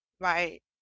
Right